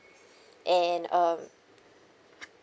and um